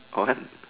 what